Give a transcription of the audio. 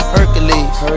Hercules